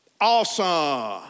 Awesome